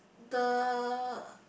the